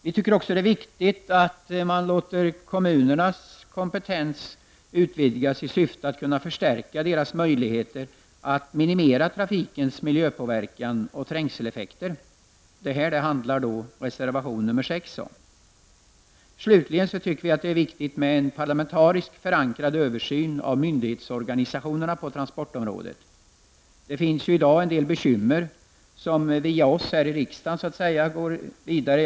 Vi tycker också att det är viktigt att kommunernas kompetens utvidgas i syfte att förstärka kommunernas möjligheter att minimera trafikens miljöpåverkan och trängseleffekt. Detta handlar reservation nr 6 om. Vi i centern anser att det är viktigt med en parlamentariskt förankrad översyn av myndighetsorganisationerna på transportområdet. Det finns i dag en del bekymmer som via oss här i riksdagen så att säga går vidare.